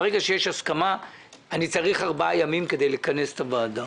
ברגע שיש הסכמה אני צריך ארבעה ימים כדי לכנס את הוועדה.